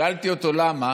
שאלתי אותו למה,